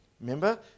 remember